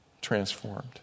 transformed